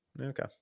okay